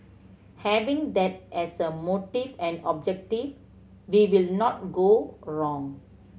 having that as a motive and objective we will not go wrong